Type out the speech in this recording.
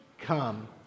Come